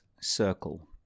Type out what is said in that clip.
circle